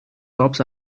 tops